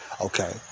okay